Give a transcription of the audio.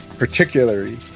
particularly